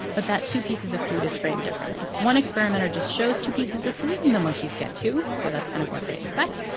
but that two pieces of food is framed differently. one experimenter just shows two pieces of food, and the monkeys get two. so that's kind of what they expect.